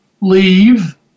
leave